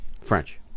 French